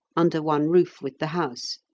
under one roof with the house.